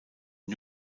new